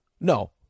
No